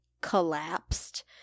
collapsed